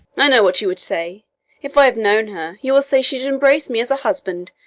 i know what you would say if i have known her, you'll say she did embrace me as a husband,